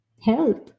health